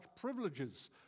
privileges